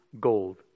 gold